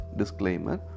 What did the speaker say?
disclaimer